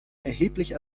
erheblich